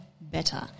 better